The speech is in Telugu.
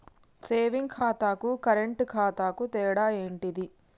సేవింగ్ ఖాతాకు కరెంట్ ఖాతాకు తేడా ఏంటిది?